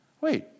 wait